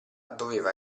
doveva